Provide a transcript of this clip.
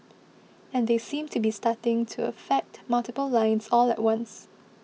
and they seem to be starting to affect multiple lines all at once